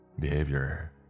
Behavior